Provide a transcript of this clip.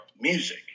music